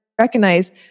recognize